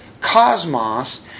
cosmos